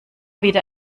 wieder